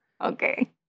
Okay